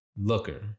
looker